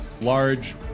large